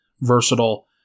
versatile